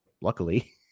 luckily